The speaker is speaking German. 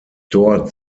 dort